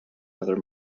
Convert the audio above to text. other